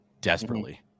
Desperately